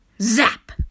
zap